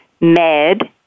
med